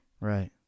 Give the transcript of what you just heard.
Right